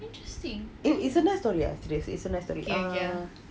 it's a nice story actually it's a nice story ah